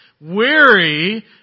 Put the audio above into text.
Weary